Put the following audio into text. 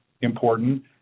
important